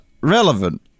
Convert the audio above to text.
relevant